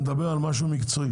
אני מדבר על משהו מקצועי,